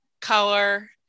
color